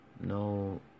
no